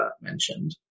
mentioned